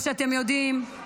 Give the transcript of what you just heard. כמו שאתם יודעים,